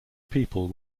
people